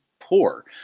poor